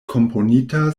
komponita